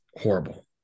horrible